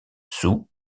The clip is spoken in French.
sous